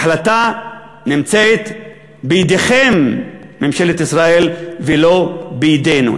החלטה נמצאת בידיכם, ממשלת ישראל, ולא בידינו.